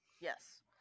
Yes